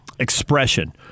Expression